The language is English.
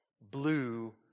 blue